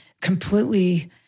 completely